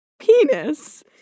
Penis